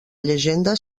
llegenda